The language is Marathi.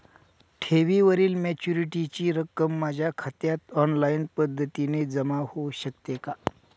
ठेवीवरील मॅच्युरिटीची रक्कम माझ्या खात्यात ऑनलाईन पद्धतीने जमा होऊ शकते का?